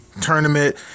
tournament